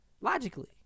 Logically